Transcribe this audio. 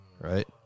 right